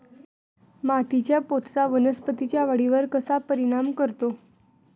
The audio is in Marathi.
मातीच्या पोतचा वनस्पतींच्या वाढीवर कसा परिणाम करतो?